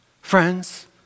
Friends